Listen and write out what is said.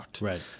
right